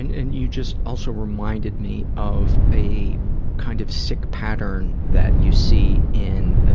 and, and you just also reminded me of a kind of sick pattern that you see in, ah,